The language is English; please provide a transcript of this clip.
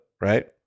right